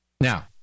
Now